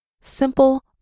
Simple